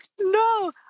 No